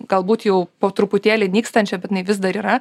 galbūt jau po truputėlį nykstančią bet vis dar yra